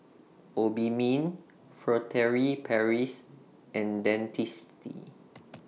Obimin Furtere Paris and Dentiste